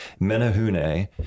Menahune